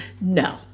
No